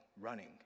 running